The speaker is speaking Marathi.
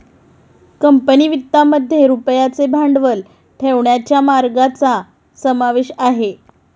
कंपनी वित्तामध्ये रुपयाचे भांडवल ठेवण्याच्या मार्गांचा समावेश आहे